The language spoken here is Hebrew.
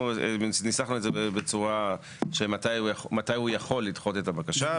אנחנו ניסחנו את זה בצורה של מתי הוא יכול לדחות את הבקשה,